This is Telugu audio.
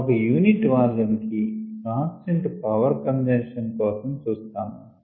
మనం ఒక యూనిట్ వాల్యూమ్ కి కాన్స్టెంట్ పవర్ కంజంషన్ PV కోసం చూస్తాము